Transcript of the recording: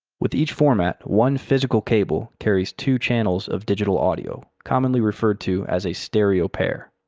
with each format, one physical cable carries two channels of digital audio commonly referred to as a stereo pair.